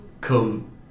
come